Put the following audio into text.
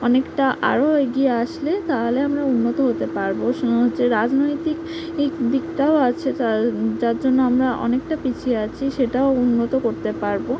অনেকটা আরো এগিয়ে আসলে তাহলে আমরা উন্নত হতে পারব সেটা হচ্ছে রাজনৈতিক দিকটাও আছে যা যার জন্য আমরা অনেকটা পিছিয়ে আছি সেটাও উন্নত করতে পারব